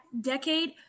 decade